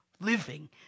living